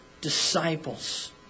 disciples